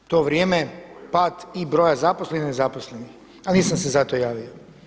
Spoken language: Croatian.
U to vrijeme pad i broja zaposlenih i nezaposlenih, ali nisam se zato javio.